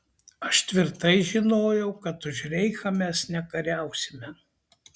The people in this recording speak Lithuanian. aš tvirtai žinojau kad už reichą mes nekariausime